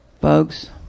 folks